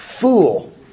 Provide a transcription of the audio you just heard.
fool